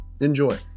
enjoy